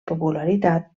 popularitat